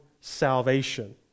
salvation